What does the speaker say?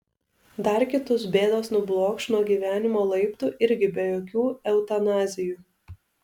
dar kitus bėdos nublokš nuo gyvenimo laiptų irgi be jokių eutanazijų